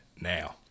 now